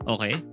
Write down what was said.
Okay